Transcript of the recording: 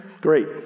Great